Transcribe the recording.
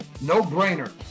No-Brainer